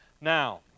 Now